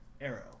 Arrow